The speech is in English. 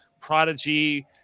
Prodigy